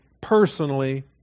personally